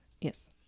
yes